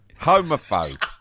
homophobe